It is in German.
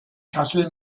kassel